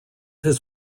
his